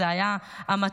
זה היה המטוס,